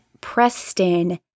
Preston